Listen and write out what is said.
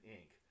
ink